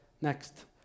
next